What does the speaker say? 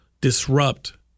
disrupt